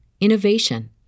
innovation